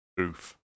Oof